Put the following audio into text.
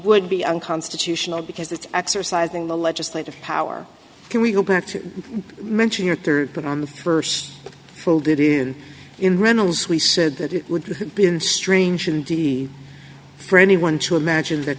would be unconstitutional because it's exercising the legislative power can we go back to mention your third but on the first folded in in reynolds we said that it would be an strange indeed for anyone to imagine that